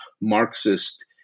Marxist